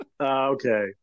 Okay